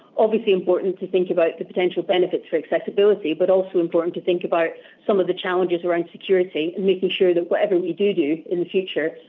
obviously important to think about the potential benefits for accessibility but also important to think about some of the challenges around security and making sure that whatever we do do, in the future,